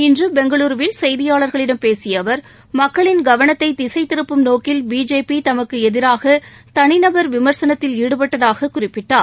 இன்று பெங்களுருவில் செய்தியாளர்களிடம் பேசிய அவர் மக்களின் கவனத்தை திசை திருப்பும் நோக்கில் பிஜேபி தமக்கு எதிராக தனிநபர் விமர்சனத்தில் ஈடுபட்டதாகக் குறிப்பிட்டார்